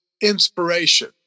inspiration